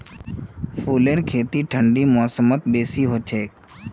फूलेर खेती ठंडी मौसमत बेसी हछेक